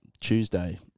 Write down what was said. Tuesday